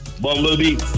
Bumblebee